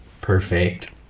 perfect